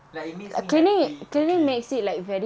like it makes me happy to clean